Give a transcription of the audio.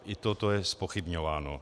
I toto je zpochybňováno.